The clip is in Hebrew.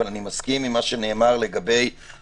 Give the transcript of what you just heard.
אבל אני מסכים עם מה שנאמר לגבי הפרוצדורה